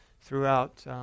throughout